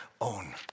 own